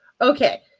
Okay